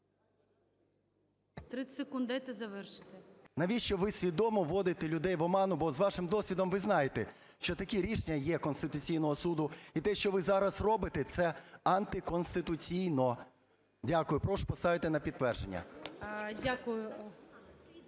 30 секунд дайте завершити. ПАПІЄВ М.М. Навіщо ви свідомо вводите людей в оману, бо з вашим досвідом ви знаєте, що такі рішення є, Конституційного Суду, і те, що ви зараз робите, це антиконституційно. Дякую. Прошу поставити на підтвердження.